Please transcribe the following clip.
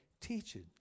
teaching